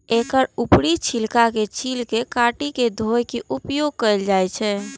एकर ऊपरी छिलका के छील के काटि के धोय के उपयोग कैल जाए छै